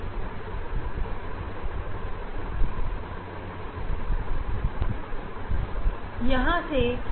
हम यहां पर x को इस के बराबर ले रहे हैं